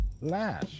Lash